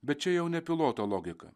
bet čia jau ne piloto logika